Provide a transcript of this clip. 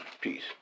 Peace